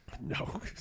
No